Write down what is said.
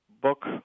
book